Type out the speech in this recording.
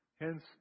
hence